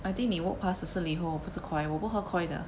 I think 你 walk pass 的是 liho 不是 koi 我不喝 koi 的